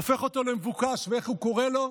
הופך אותו למבוקש, ואיך הוא קורא לו?